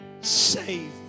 save